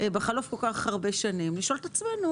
בחלוף כל כך הרבה שנים לשאול את עצמנו